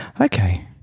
Okay